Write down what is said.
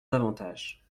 davantage